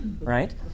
Right